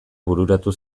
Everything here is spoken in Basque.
bururatu